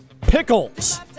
Pickles